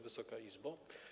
Wysoka Izbo!